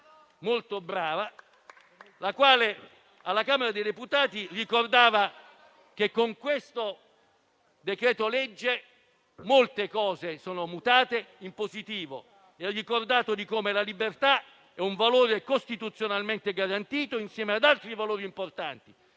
la quale alla Camera dei deputati ha ricordato che, con il decreto-legge in esame, molte cose sono mutate in positivo e che la libertà è un valore costituzionalmente garantito insieme ad altri valori importanti,